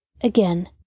Again